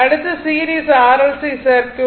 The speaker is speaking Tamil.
அடுத்து சீரிஸ் RLC சர்க்யூட் ஆகும்